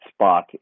Spock